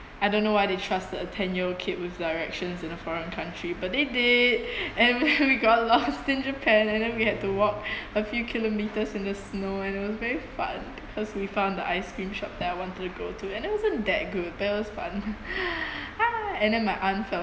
I don't know why they trusted a ten year old kid with directions in a foreign country but they did and when we got lost in japan and then we had to walk a few kilometres in the snow and it was very fun cause we found the ice cream shop that I wanted to go to and it wasn't that good but it was and then my aunt